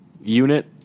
unit